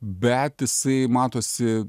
bet jisai matosi